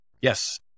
yes